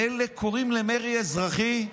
אלה קוראים למרי אזרחי.